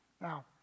Now